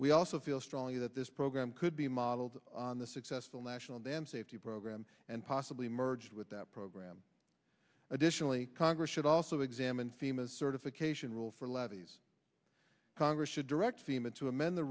we also feel strongly that this program could be modeled on the successful national dam safety program and possibly merge with that program additionally congress should also examine fema certification rule for levies congress should direct fema to amend the